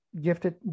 gifted